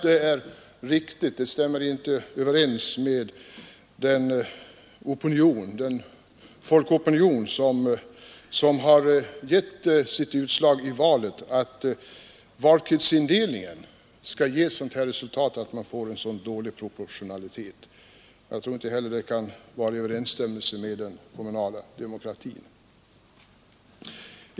Det stämmer inte överens med den folkopinion som har kommit till uttryck i valet att valkretsindelningen skall ge till resultat en så dålig proportionalitet. Jag tror inte heller att det kan vara i överensstämmelse med den kommunala demokratin.